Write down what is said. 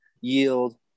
yield